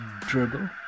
Dribble